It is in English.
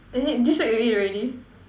is it this week you eat already